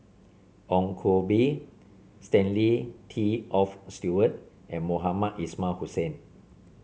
Ong Koh Bee Stanley Toft Stewart and Mohamed Ismail Hussain